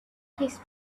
his